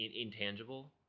intangible